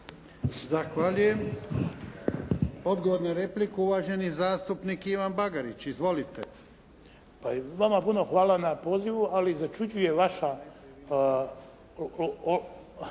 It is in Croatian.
Zahvaljujem. Odgovor na repliku uvaženi zastupnik Ivan Bagarić. Izvolite. **Bagarić, Ivan (HDZ)** Pa vama puno hvala na pozivu, ali začuđuje vaša